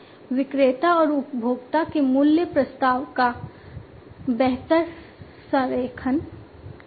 विक्रेता और उपभोक्ता के मूल्य प्रस्ताव का बेहतर संरेखण